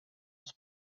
was